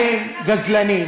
אתם גזלנים.